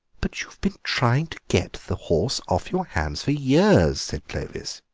but you've been trying to get the horse off your hands for years, said clovis.